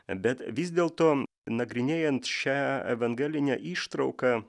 bet vis dėlto nagrinėjant šią evangelinę ištrauką